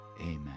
Amen